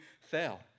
fail